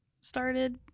started